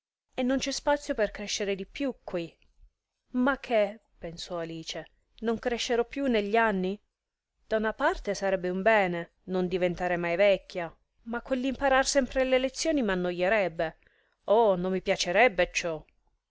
e non c'è spazio per crescere di più quì ma che pensò alice non crescerò più negli anni da una parte sarebbe un bene non diventare mai vecchia ma quell'imparar sempre le lezioni m'annoierebbe oh non mi piacerebbe ciò